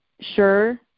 sure